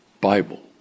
Bible